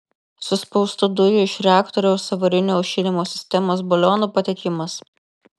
suspaustų dujų iš reaktoriaus avarinio aušinimo sistemos balionų patekimas